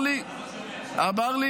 למה?